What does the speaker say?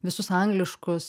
visus angliškus